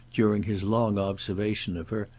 during his long observation of her,